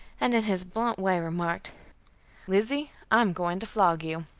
and in his blunt way remarked lizzie, i am going to flog you.